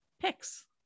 picks